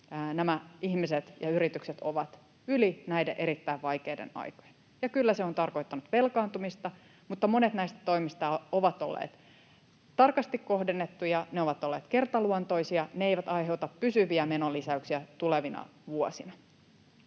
nämä ihmiset ja yritykset ovat, yli näiden erittäin vaikeiden aikojen. Ja kyllä se on tarkoittanut velkaantumista, mutta monet näistä toimista ovat olleet tarkasti kohdennettuja, ne ovat olleet kertaluontoisia, ne eivät aiheuta pysyviä menolisäyksiä tulevina vuosina.